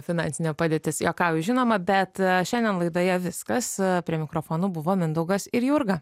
finansinė padėtis juokauju žinoma bet šiandien laidoje viskas prie mikrofono buvo mindaugas ir jurga